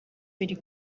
biri